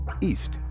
East